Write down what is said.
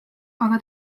aga